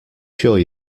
sure